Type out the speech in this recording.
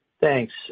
Thanks